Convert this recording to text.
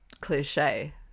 cliche